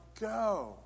go